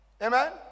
Amen